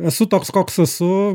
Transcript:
esu toks koks esu